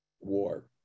war